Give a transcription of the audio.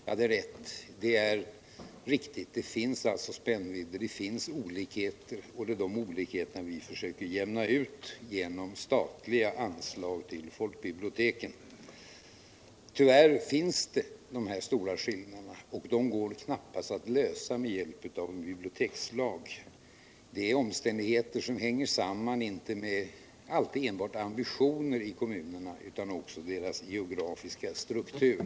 Ja, det är riktigt att det finns spännvidder och olikheter i det avseendet, och det är dem som vi försöker jämna ut genom statliga anslag till folkbiblioteken. Tyvärr finns dessa stora skillnader, och de kan knappast avskaffas med hjälp av en bibliotekslag. De beror på omständigheter som inte alltid sammanhänger med ambiuoner i kommunerna utan också med deras geografiska struktur.